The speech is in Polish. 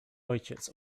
ojciec